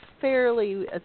fairly